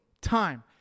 time